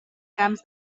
camps